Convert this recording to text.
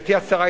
גברתי השרה,